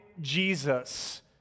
Jesus